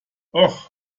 ouch